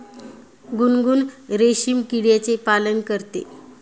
गुनगुन रेशीम किड्याचे पालन करते